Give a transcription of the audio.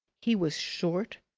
he was short,